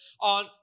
on